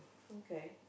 okay